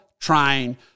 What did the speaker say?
trying